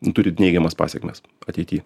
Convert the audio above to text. turit neigiamas pasekmes ateity